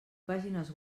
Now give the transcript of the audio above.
pàgines